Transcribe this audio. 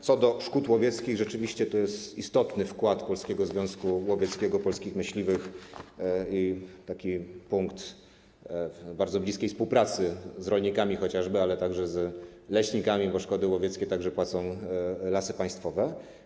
Co do szkód łowieckich, rzeczywiście to jest istotny wkład Polskiego Związku Łowieckiego, polskich myśliwych, taki punkt bardzo bliskiej współpracy z rolnikami chociażby, ale także z leśnikami, bo za szkody łowieckie płacą także Lasy Państwowe.